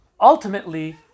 ultimately